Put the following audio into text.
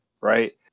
right